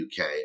UK